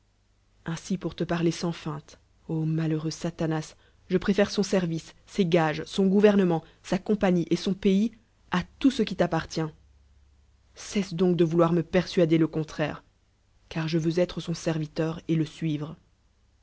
ainsi pour te parler sans feinte malheureux satana je préfére son service aes gages son gouvernement compagnie et son pays à tout ce qui t'appartient cesse donc de vouloir me persuader le contraire car je veux être son jcrvitenr et le